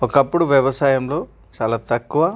ఒకప్పుడు వ్యవసాయంలో చాలా తక్కువ